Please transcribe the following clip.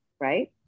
right